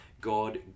God